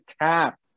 cap